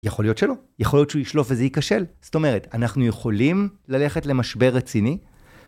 יכול להיות שלא. יכול להיות שהוא ישלוף וזה ייכשל. זאת אומרת, אנחנו יכולים ללכת למשבר רציני.